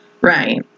Right